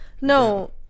No